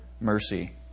mercy